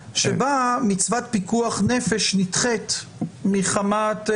הדוגמאות שלך הן חשובות, חבר הכנסת מקלב.